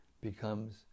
becomes